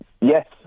Yes